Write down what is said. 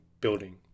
building